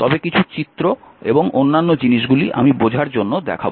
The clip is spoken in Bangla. তবে কিছু চিত্র এবং অন্যান্য জিনিসগুলি আমি বোঝার জন্য দেখাব